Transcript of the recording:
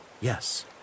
Yes